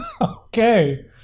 Okay